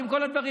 עם כל הדברים,